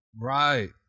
right